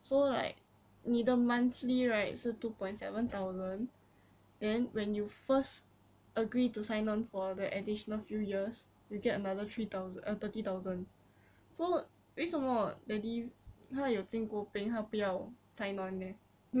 so like 你的 monthly right 是 two point seven thousand then when you first agree to sign on for the additional few years you'll get another three thousand uh thirty thousand so 为什么 daddy 他有进过兵他不要 sign on leh